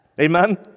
Amen